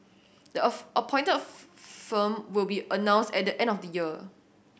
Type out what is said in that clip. the of appointed firm will be announced at the end of the year